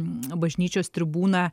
bažnyčios tribūną